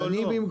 לא, אני פה.